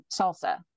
salsa